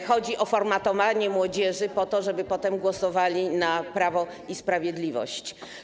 Chodzi o formatowanie młodzieży po to, żeby potem głosowała na Prawo i Sprawiedliwość.